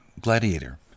Gladiator